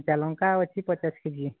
କଞ୍ଚା ଲଙ୍କା ଅଛି ପଚାଶ କେ ଜି